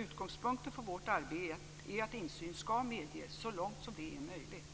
Utgångspunkten för arbetet är att insyn skall medges så långt som det är möjligt.